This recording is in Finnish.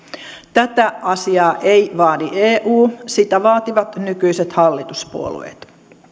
tätä asiaa ei vaadi eu sitä vaativat nykyiset hallituspuolueet